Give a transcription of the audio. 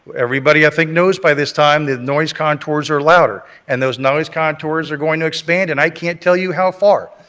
everybody, i think, knows by this time the noise contours are louder and those noise contours are going to expand. and i can't tell you how far.